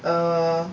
哦